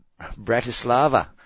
Bratislava